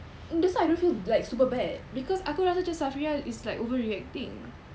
that's why I don't feel like super bad because aku rasa just safirah is like overreacting